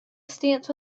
stance